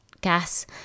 gas